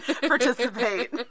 participate